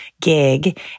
gig